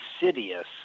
insidious